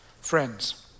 Friends